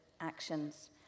actions